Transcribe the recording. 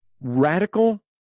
Radical